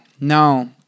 no